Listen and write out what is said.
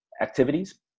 activities